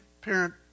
parent